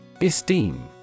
Esteem